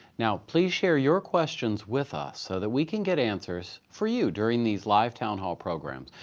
now please share your questions with us, so that we can get answers for you during these live town hall programs.